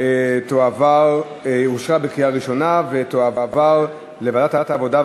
אושרה בקריאה ראשונה ותועבר לוועדת העבודה,